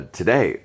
today